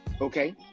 Okay